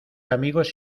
amigos